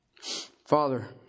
Father